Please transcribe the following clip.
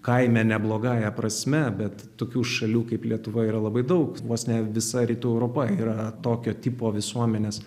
kaime ne blogąja prasme bet tokių šalių kaip lietuva yra labai daug vos ne visa rytų europa yra tokio tipo visuomenės